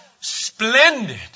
splendid